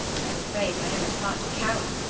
i am afraid i am at heart a coward,